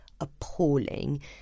appalling